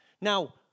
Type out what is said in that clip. Now